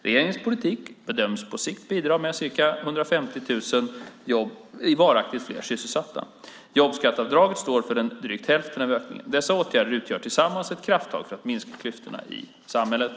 Regeringens politik bedöms på sikt bidra till 150 000 varaktigt fler sysselsatta. Jobbskatteavdraget står för drygt hälften av ökningen. Dessa åtgärder utgör tillsammans ett krafttag för att minska de ekonomiska klyftorna i samhället.